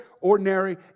ordinary